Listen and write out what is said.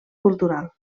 cultural